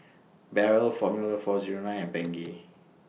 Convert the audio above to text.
Barrel Formula four Zero nine and Bengay